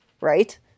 right